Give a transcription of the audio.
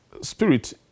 Spirit